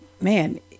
man